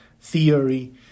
theory